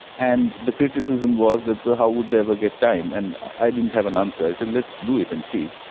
and the criticism was that but how would they ever get time, and i didn't have an answer. i said let's do it and see.